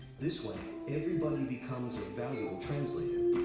this way everybody becomes a valuable translator.